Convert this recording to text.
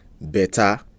better